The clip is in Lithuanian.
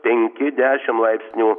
penki dešim laipsnių